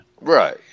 Right